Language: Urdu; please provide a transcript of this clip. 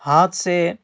ہاتھ سے